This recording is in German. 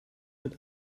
mit